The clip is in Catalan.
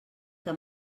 que